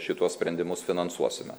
šituos sprendimus finansuosime